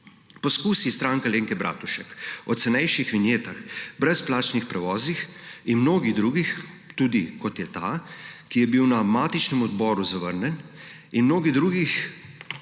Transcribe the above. Poskusi Stranke Alenke Bratušek o cenejših vinjetah, brezplačnih prevozih in tudi mnogih drugih, kot je ta, ki je bil na matičnem odboru zavrnjen, in mnogih drugih,